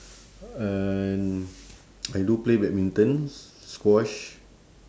and I do play badminton squash